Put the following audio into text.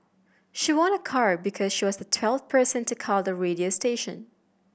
she won a car because she was the twelfth person to call the radio station